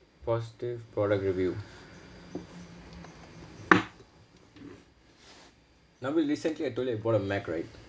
positive product review navel recently I told you I bought a mac right